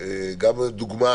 לדוגמה,